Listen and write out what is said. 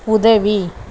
உதவி